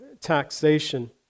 taxation